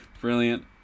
Brilliant